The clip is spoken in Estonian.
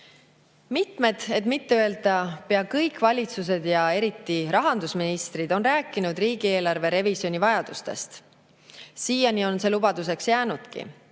Mitmed, et mitte öelda peaaegu kõik valitsused ja eriti rahandusministrid on rääkinud riigieelarve revisjoni vajadusest. Siiani on see lubaduseks jäänudki.